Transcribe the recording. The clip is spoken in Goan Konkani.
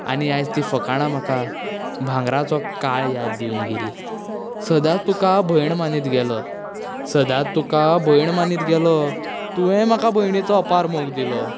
आनी आयज ती फकाणां म्हाका भांगराचो काळ याद दिवन गेलीं सदांच तुका भयण मानीत गेलो सदांच तुका हांव भयण मानीत गेलो तुवें म्हाका भयणीचो अपार मोग दिलो